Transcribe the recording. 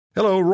Hello